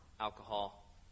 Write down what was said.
alcohol